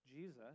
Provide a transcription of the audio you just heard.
Jesus